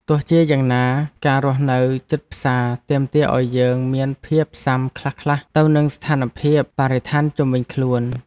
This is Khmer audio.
ទោះជាយ៉ាងណាការរស់នៅជិតផ្សារទាមទារឱ្យយើងមានភាពស៊ាំខ្លះៗទៅនឹងស្ថានភាពបរិស្ថានជុំវិញខ្លួន។